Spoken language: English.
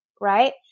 right